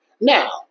Now